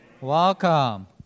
Welcome